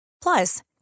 Plus